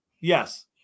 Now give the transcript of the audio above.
Yes